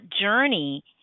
journey